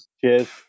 Cheers